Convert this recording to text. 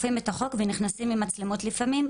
אוכפים את החוק ונכנסים עם מצלמות לפעמים,